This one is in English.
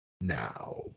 now